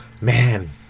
Man